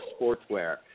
Sportswear